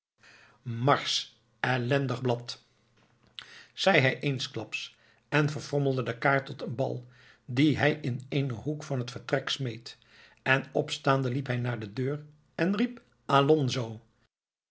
marsch ellendig blad zei hij eensklaps en frommelde de kaart tot eenen bal dien hij in eenen hoek van het vertrek smeet en opstaande liep hij naar de deur en riep alonzo